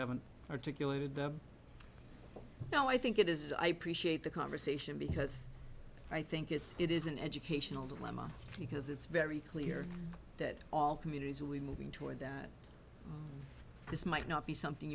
haven't articulated now i think it is and i appreciate the conversation because i think it's it is an educational dilemma because it's very clear that all communities are we moving toward that this might not be something